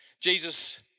Jesus